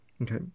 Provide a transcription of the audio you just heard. Okay